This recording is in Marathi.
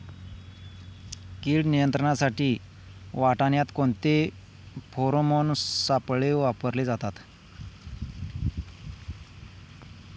कीड नियंत्रणासाठी वाटाण्यात कोणते फेरोमोन सापळे वापरले जातात?